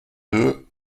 deux